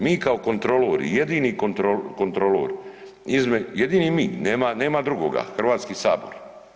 Mi kao kontrolori, jedini kontrolor, jedini mi, nema drugoga, Hrvatski sabor.